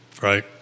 right